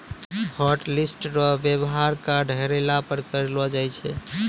hotlist रो वेवहार card हेरैला पर करलो जाय छै